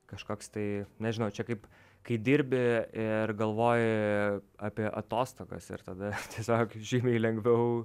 kažkoks tai nežinau čia kaip kai dirbi ir galvoji apie atostogas ir tada tiesiog žymiai lengviau